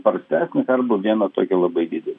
spartesnės arba viena tokia labai didelė